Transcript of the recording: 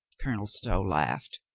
colonel stow laughed.